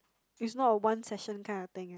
it's not a one session kind of thing